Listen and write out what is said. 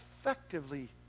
effectively